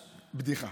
בדיחה.